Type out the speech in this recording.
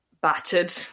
battered